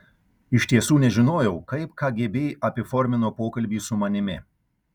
iš tiesų nežinojau kaip kgb apiformino pokalbį su manimi